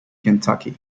kentucky